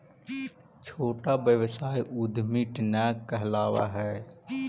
छोटा व्यवसाय उद्यमीट न कहलावऽ हई